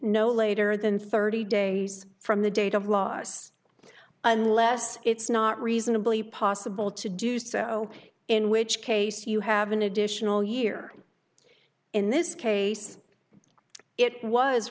no later than thirty days from the date of loss unless it's not reasonably possible to do so in which case you have an additional year in this case it was